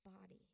body